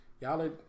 Y'all